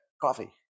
coffee